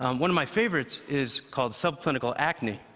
um one of my favorites is called subclinical acne.